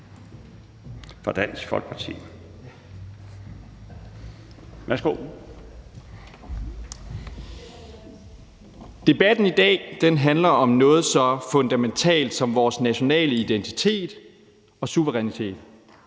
Debatten i dag handler om noget så fundamentalt som vores nationale identitet og suverænitet: